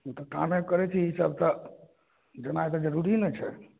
उ तऽ कामे करै छी ई सब तऽ जेनाइ तऽ जरूरी ने छै